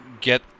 get